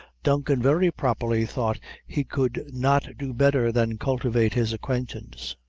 duncan very properly thought he could not do better than cultivate his acquaintance.